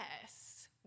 yes